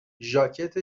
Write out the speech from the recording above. ژاکت